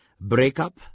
breakup